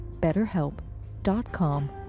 betterhelp.com